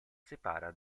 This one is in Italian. separa